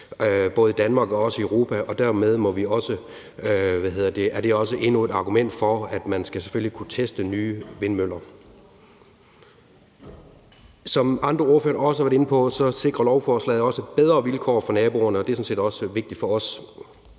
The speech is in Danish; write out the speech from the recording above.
både i Danmark og i Europa. Dermed er det endnu et argument for, at man selvfølgelig skal kunne teste nye vindmøller. Som andre ordførere også har været inde på, sikrer lovforslaget også bedre vilkår for naboerne, og det er sådan set også vigtigt for os.